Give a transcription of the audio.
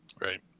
right